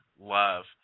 love